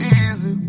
easy